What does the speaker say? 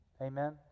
Amen